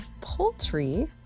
poultry